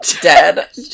dead